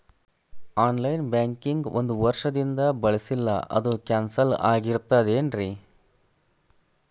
On line banking ಒಂದ್ ವರ್ಷದಿಂದ ಬಳಸಿಲ್ಲ ಅದು ಕ್ಯಾನ್ಸಲ್ ಆಗಿರ್ತದೇನ್ರಿ?